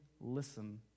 listen